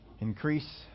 increase